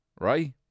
Right